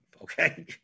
okay